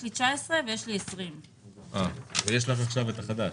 יש לי 19 ויש לי 20. ויש לנו עכשיו את החדש